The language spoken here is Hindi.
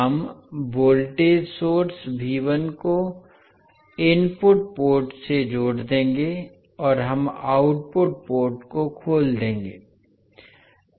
हम वोल्टेज सोर्स को इनपुट पोर्ट से जोड़ देंगे और हम आउटपुट पोर्ट को खोल देंगे